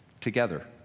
together